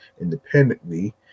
independently